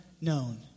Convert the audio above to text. known